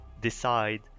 decide